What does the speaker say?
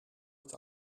het